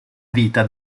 vita